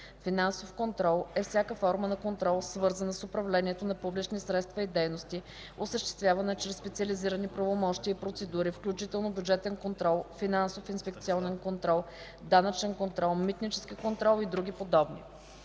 „Финансов контрол” е всяка форма на контрол, свързана с управлението на публични средства и дейности, осъществявана чрез специализирани правомощия и процедури, включително бюджетен контрол, финансов инспекционен контрол, данъчен контрол, митнически контрол и други подобни.